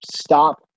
stop